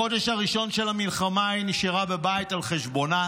בחודש הראשון של המלחמה היא נשארה בבית על חשבונה,